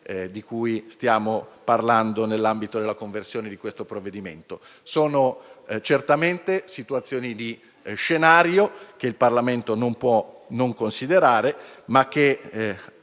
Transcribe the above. di cui stiamo parlando nell'ambito della conversione di questo provvedimento. Sono certamente situazioni di scenario che il Parlamento non può non considerare, ma che